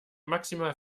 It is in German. maximal